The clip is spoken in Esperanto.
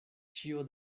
ĉio